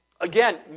Again